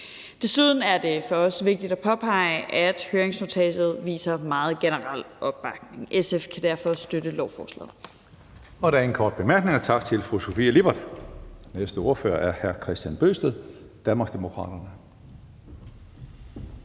Desuden er det for os vigtigt at påpege, at der i høringsnotatet vises meget generel opbakning. SF kan derfor støtte lovforslaget.